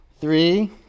Three